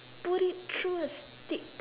put it through a stick